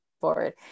forward